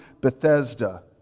Bethesda